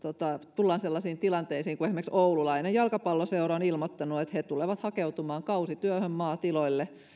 tullaan sellaisiin tilanteisiin kuten esimerkiksi oululainen jalkapalloseura on ilmoittanut että he tulevat hakeutumaan kausityöhön maatiloille